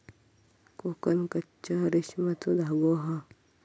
कोकन कच्च्या रेशमाचो धागो हा